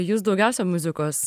jūs daugiausia muzikos